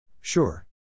Sure